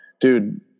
dude